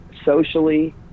socially